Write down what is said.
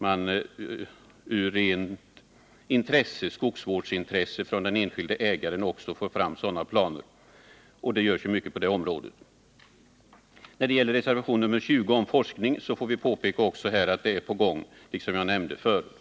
Skogsägarnas eget intresse av skogsvård måste också medverka till att man får fram sådana planer. Det görs mycket på det området. När det gäller reservationen 19, om forskning, vill jag påpeka att åtgärder är på gång, som jag nämnde förut.